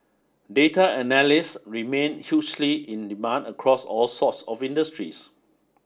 data analysts remain hugely in demand across all sorts of industries